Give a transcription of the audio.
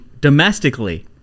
domestically